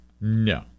No